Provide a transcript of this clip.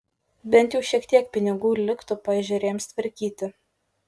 bent jau šiek tiek pinigų liktų paežerėms tvarkyti